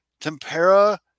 tempera